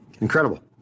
Incredible